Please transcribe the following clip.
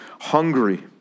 hungry